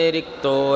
Rikto